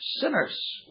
sinners